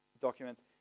documents